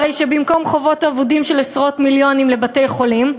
הרי במקום חובות אבודים של עשרות מיליונים לבתי-חולים,